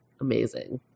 amazing